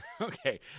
Okay